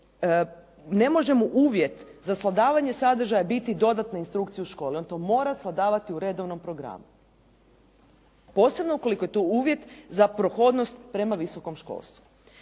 ne može mu uvjet za svladavanje sadržaja biti dodatne instrukcije u školi, on to mora svladavati u redovnom programu posebno ukoliko je to uvjet za prohodnost prema visokom školstvu.